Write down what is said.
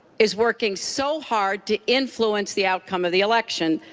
is working so hard to influence the outcome of the election,